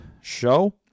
show